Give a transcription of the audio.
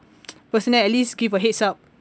personnel at least give a heads up